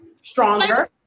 Stronger